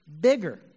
bigger